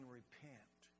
repent